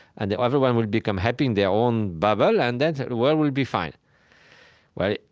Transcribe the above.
and everyone will become happy in their own bubble, and then the world will be fine well,